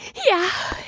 yeah,